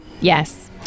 Yes